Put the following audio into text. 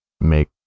make